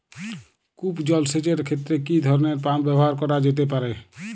কূপ জলসেচ এর ক্ষেত্রে কি ধরনের পাম্প ব্যবহার করা যেতে পারে?